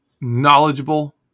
knowledgeable